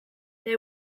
they